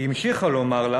היא המשיכה לומר לה